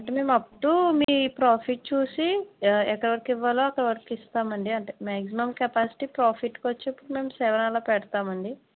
అంటే మేము అప్టూ మీ ప్రాఫిట్ చూసి ఏ ఎంతవరకు ఇవ్వాలో అంతవరకు ఇస్తామండి అంటే మాక్సిమం కెపాసిటి ప్రాఫిట్కి చొప్పున సెవెన్ అలా పెడతామండి